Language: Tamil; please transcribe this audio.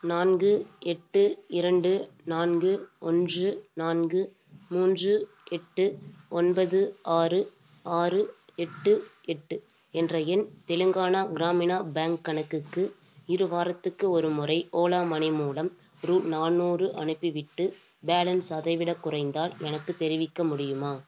நான்கு எட்டு இரண்டு நான்கு ஒன்று நான்கு மூன்று எட்டு ஒன்பது ஆறு ஆறு எட்டு எட்டு என்ற என் தெலுங்கானா கிராமினா பேங்க் கணக்குக்கு இருவாரத்துக்கு ஒருமுறை ஓலா மனி மூலம் ரூ நானூறு அனுப்பிவிட்டு பேலன்ஸ் அதைவிடக் குறைந்தால் எனக்குத் தெரிவிக்க முடியுமா